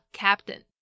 ，captain 。